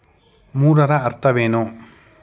ಮೂರರ ಅರ್ಥವೇನು?